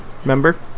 Remember